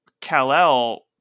Kal-El